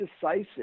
decisive